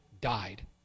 died